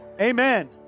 Amen